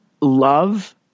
love